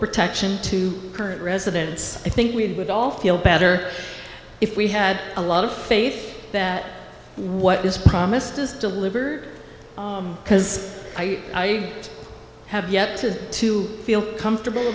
protection to current residents i think we would all feel better if we had a lot of faith that what is promised is delivered because i have yet to to feel comfortable